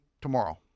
tomorrow